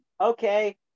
Okay